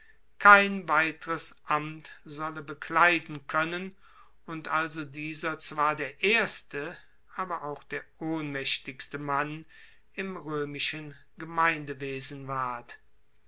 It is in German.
kein weiteres amt solle bekleiden koennen und also dieser zwar der erste aber auch der ohnmaechtigste mann im roemischen gemeindewesen ward